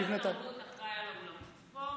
משרד התרבות אחראי לאולמות ספורט,